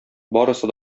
барысы